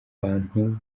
bantu